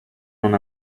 non